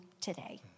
today